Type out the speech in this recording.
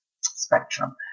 spectrum